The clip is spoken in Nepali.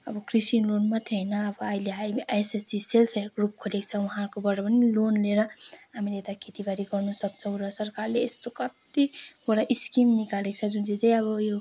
अब कृषि लोन मात्र होइन अब अहिले अहिले एसएसजी सेल्फ हेल्प ग्रुप खोलेको छ उहाँहरूकोबाट पनि लोन लिएर हामी यता खेती पाती गर्न सक्छौँ र सरकारले यस्तो कत्तिवटा स्किम निकालेको छ जुन चैँ चाहिँ अब उयो